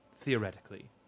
theoretically